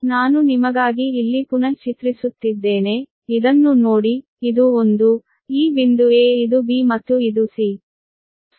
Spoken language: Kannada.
ನಾನು ನಿಮಗಾಗಿ ಇಲ್ಲಿ ಪುನಃ ಚಿತ್ರಿಸುತ್ತಿದ್ದೇನೆ ಇದನ್ನು ನೋಡಿ ಇದು ಒಂದು ಈ ಬಿಂದು a ಇದು b ಮತ್ತು ಇದು c